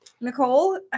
Nicole